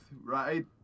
right